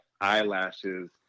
eyelashes